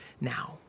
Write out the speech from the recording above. now